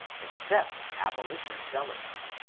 except aholition zealots.